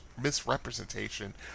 misrepresentation